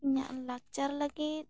ᱤᱧᱟᱹᱜ ᱞᱟᱠᱪᱟᱨ ᱞᱟᱹᱜᱤᱫ